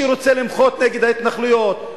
שרוצה למחות נגד ההתנחלויות,